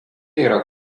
yra